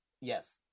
Yes